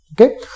Okay